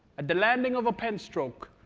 at the landing of a pen stroke,